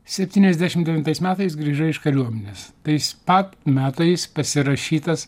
septyniasdešim devintais metais grįžai iš kariuomenės tais pat metais pasirašytas